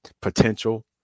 potential